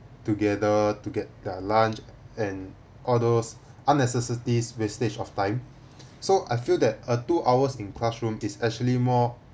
together to get their lunch and all those unnecessities wastage of time so I feel that a two hours in classroom is actually more